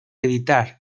editar